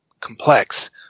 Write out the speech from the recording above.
complex